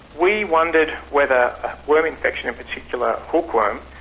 we wondered whether a worm infection, and particularly hookworm,